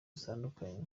zitandukanye